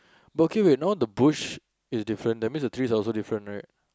but okay wait now the bush is different that means the trees are also different right